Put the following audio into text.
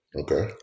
Okay